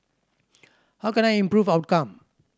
how can I improve outcome